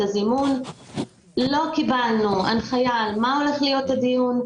הזימון ולא קיבלנו הנחיה על מה הולך להיות הדיון.